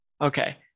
Okay